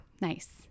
nice